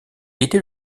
était